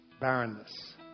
barrenness